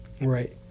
Right